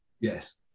Yes